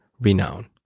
Renown